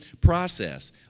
process